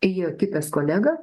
įėjo kitas kolega